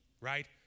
right